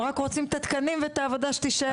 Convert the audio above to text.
הם רק רוצים את התקנים ואת העבודה שתישאר אצלי.